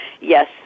yes